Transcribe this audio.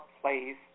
place